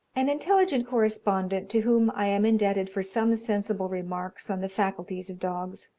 an intelligent correspondent, to whom i am indebted for some sensible remarks on the faculties of dogs,